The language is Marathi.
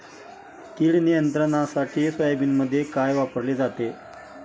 कीड नियंत्रणासाठी सोयाबीनमध्ये काय वापरले जाते?